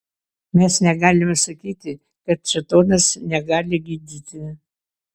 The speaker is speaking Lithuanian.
mes negalime sakyti kad šėtonas negali gydyti